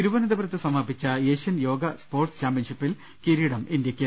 തിരുവനന്തപുരത്ത് സമാപിച്ച Asian yoga sports ചാമ്പ്യൻഷി പ്പിൽ കിരീടം ഇന്ത്യക്ക്